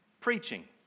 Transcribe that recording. preaching